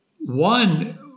One